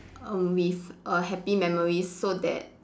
um with err happy memories so that